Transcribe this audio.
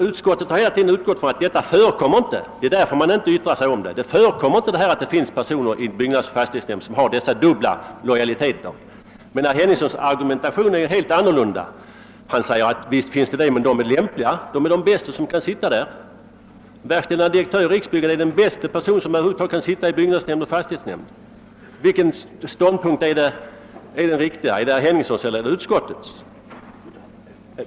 Utskottet har hela tiden utgått från att det inte förekommer — det är därför utskottet inte yttrar sig om saken. Utskottet anser alltså att det inte förekommer att personer i byggnadseller fastighetsnämnd har dessa dubbla lojaliteter. Men herr Henningssons argumentation är ju helt annorlunda. Han säger, att visst finns det sådana här fall, men dessa personer är lämpliga. De är enligt herr Henningssons mening de bästa som kan sitta där: verkställande direktören i Riksbyggen är den bästa person som över huvud taget kan sitta i byggnadsnämnd och fastighetsnämnd. Vilken ståndpunkt är den riktiga? Är det herr Henningssons eller är det utskottets?